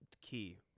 key